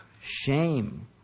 shame